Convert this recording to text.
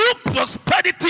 prosperity